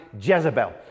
Jezebel